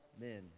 men